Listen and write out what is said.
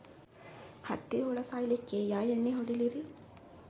ಹತ್ತಿ ಹುಳ ಸಾಯ್ಸಲ್ಲಿಕ್ಕಿ ಯಾ ಎಣ್ಣಿ ಹೊಡಿಲಿರಿ?